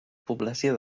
població